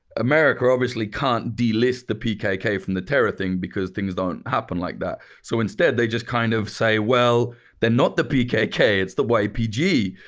america obviously can't delist the pkk from the terror thing because things don't happen like that, so instead they just kind of say, well they're not the pkk, it's the ypg,